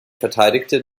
verteidigte